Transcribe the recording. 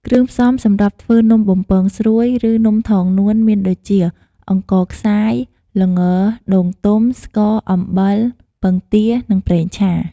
គ្រឿងផ្សំសម្រាប់ធ្វើនំបំពង់ស្រួយ ឬនំថងនួនមានដូចជា អង្ករខ្សាយ ល្ង ដូងទុំ ស្ករ អំបិល ពងទា និងប្រេងឆា។